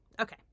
okay